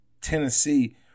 Tennessee